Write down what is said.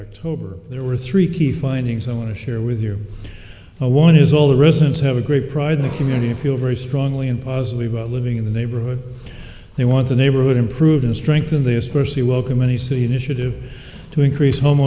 october there were three key findings i want to share with you one is all the residents have a great pride in the community feel very strongly and positive about living in the neighborhood they want the neighborhood improved and strengthen this kersey welcome any city initiative to increase home